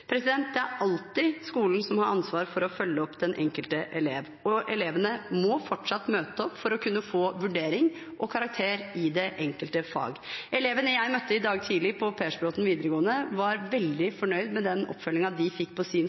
Det er alltid skolen som har ansvaret for å følge opp den enkelte elev, og elevene må fortsatt møte opp for å kunne få vurdering og karakter i det enkelte fag. Elevene jeg møtte i dag tidlig på Persbråten videregående skole, var veldig fornøyde med den oppfølgingen de fikk på sin